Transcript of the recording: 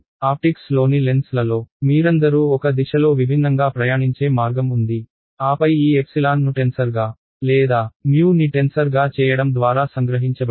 ఆప్టిక్స్లోని లెన్స్లలో మీరందరూ ఒక దిశలో విభిన్నంగా ప్రయాణించే మార్గం ఉంది ఆపై ఈ ఎప్సిలాన్ ను టెన్సర్ గా లేదా ని టెన్సర్గా చేయడం ద్వారా సంగ్రహించబడింది